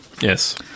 Yes